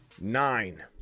nine